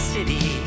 City